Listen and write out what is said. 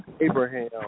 Abraham